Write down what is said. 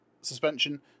suspension